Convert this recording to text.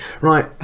Right